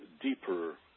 deeper